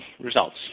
results